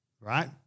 right